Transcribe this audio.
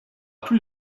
plus